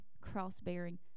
cross-bearing